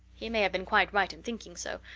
he may have been quite right in thinking so,